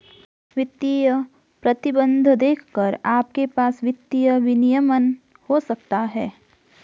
वित्तीय प्रतिबंध देखकर आपके पास वित्तीय विनियमन हो सकता है